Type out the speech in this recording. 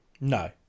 No